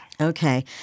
Okay